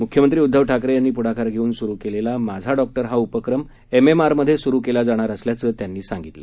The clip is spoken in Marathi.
मुख्यमंत्री उद्दव ठाकरे यांनी पुढाकार घेऊन सुरू केलेला माझा डॉक्टर हा उपक्रम एमएमआरमध्ये सुरू केला जाणार असल्याचं त्यांनी सांगितलं